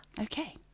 Okay